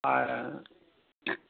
ꯑꯥ